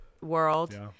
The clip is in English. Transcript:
world